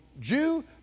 Jew